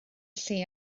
lle